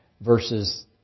versus